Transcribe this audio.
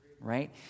right